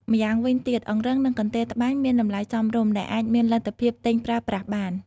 ម្យ៉ាងវិញទៀត អង្រឹងនិងកន្ទេលត្បាញមានតម្លៃសមរម្យ ដែលអាចមានលទ្ធភាពទិញប្រើប្រាស់បាន។